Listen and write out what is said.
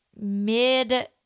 mid